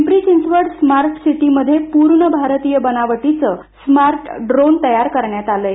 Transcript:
Pimpri Chinchwad smart city मध्ये पूर्ण भारतीय बनावटीचं स्मार्ट ड्रोन तयार करण्यात आले आहे